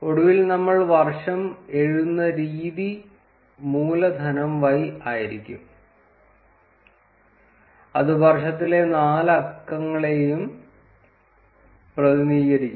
ഒടുവിൽ നമ്മൾ വർഷം എഴുതുന്ന രീതി മൂലധനം Y ആയിരിക്കും അത് വർഷത്തിലെ നാല് അക്കങ്ങളെയും പ്രതിനിധീകരിക്കുന്നു